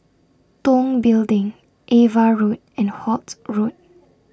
Tong Building AVA Road and Holt Road